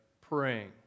Praying